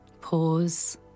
Pause